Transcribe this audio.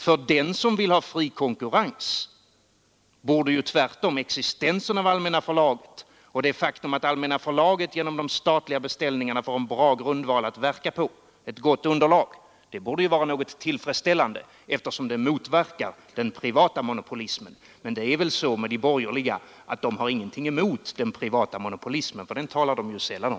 För den som vill ha fri konkurrens borde tvärtom existensen av Allmänna förlaget och det faktum att Allmänna förlaget genom de statliga beställningarna får en bra grundval att verka på vara något tillfredsställande, eftersom det motverkar den privata monopolismen. Men det är väl så med de borgerliga att de inte har något emot den privata monopolismen, för den talar de sällan om.